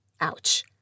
Ouch